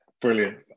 brilliant